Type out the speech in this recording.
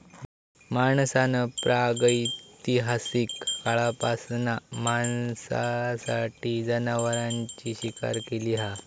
माणसान प्रागैतिहासिक काळापासना मांसासाठी जनावरांची शिकार केली हा